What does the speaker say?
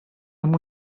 amb